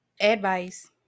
advice